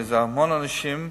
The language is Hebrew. זה המון אנשים,